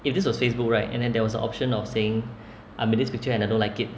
if this was facebook right and then there was a option of saying I'm in this picture and I don't like it